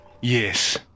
Yes